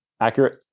accurate